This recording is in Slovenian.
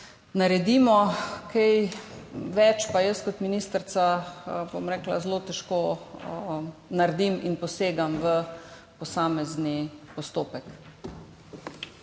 naredimo, kaj več pa jaz kot ministrica zelo težko naredim in posegam v posamezni postopek.